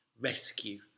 rescue